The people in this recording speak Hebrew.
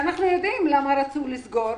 אנחנו יודעים למה רצו לסגור,